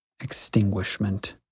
extinguishment